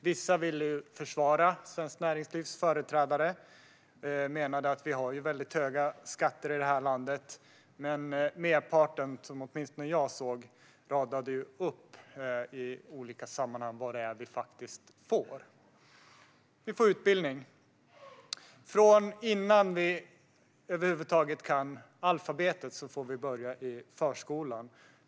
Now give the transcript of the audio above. Vissa ville försvara Svenskt Näringslivs företrädare och menade att vi ju har väldigt höga skatter i det här landet, men merparten, åtminstone som jag såg, radade i olika sammanhang upp vad det är vi faktiskt får. Vi får utbildning. Innan vi över huvud taget kan alfabetet får vi börja i förskolan.